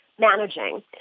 managing